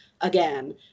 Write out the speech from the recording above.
again